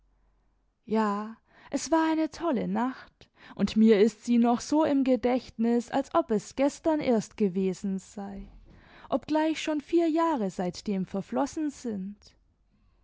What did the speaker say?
ja es war eine tolle nacht und mir ist noch so im gedächtnis als ob es gestern erst gewesen sei obgleich schon vier jahre seitdem verflossen sind